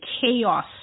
chaos